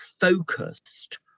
focused